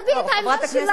חברת הכנסת זועבי,